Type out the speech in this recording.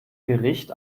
gericht